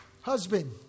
Husband